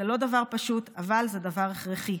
זה לא דבר פשוט אבל זה דבר הכרחי.